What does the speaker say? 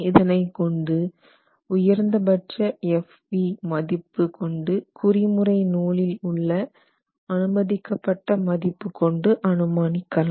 இதனைக் கொண்டு உயர்ந்தபட்ச Fv மதிப்பு கொண்டு குறிமுறை நூலில் உள்ளே அனுமதிக்கப்பட்ட மதிப்பு கொண்டு அனுமானிக்கலாம்